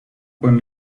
con